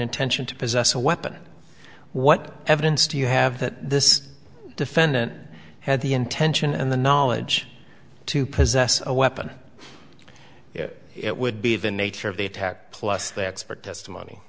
intention to possess a weapon what evidence do you have that this defendant had the intention and the knowledge to possess a weapon it would be the nature of the attack plus the expert testimony